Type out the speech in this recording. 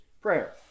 Prayer